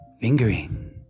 fingering